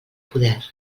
poder